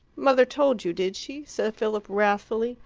mother told you, did she? said philip wrathfully,